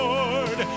Lord